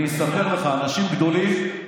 אני אספר לך: אנשים גדולים,